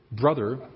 brother